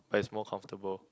but it's more comfortable